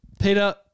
Peter